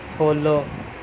follow